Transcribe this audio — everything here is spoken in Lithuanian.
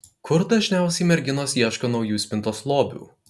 kur dažniausiai merginos ieško naujų spintos lobių